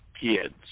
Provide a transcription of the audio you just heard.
kids